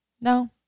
No